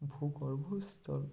ভূগর্ভস্থ